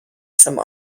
some